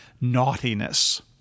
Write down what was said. naughtiness